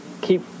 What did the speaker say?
keep